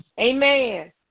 Amen